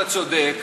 אתה צודק,